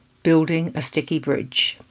building a sticky bridge.